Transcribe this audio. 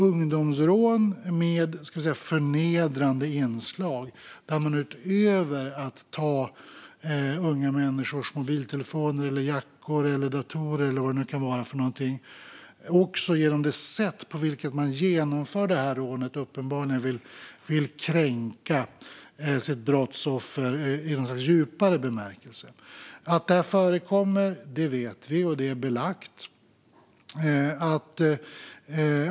Det handlar om ungdomsrån med förnedrande inslag där man utöver att ta unga människors mobiltelefoner, jackor, datorer eller vad det nu kan vara också - genom det sätt på vilket man genomför rånet - uppenbarligen vill kränka sitt brottsoffer i något slags djupare bemärkelse. Att detta förekommer vet vi. Det är belagt.